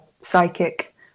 psychic